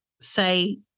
say